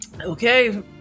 Okay